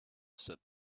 said